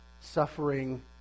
suffering